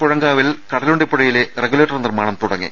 പുഴങ്കാവിൽ കടലുണ്ടി പുഴയിലെ റെഗുലേറ്റർ നിർമ്മാണം തുടങ്ങി